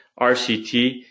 RCT